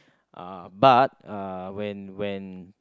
uh but uh when when